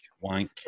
wank